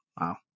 Wow